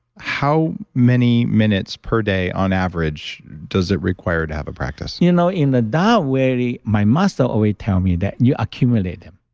how many minutes per day on average does it require to have a practice? you know, in the tao way, my master so always tell me that you accumulate them.